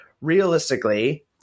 realistically